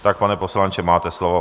Tak pane poslanče, máte slovo.